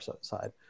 side